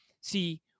See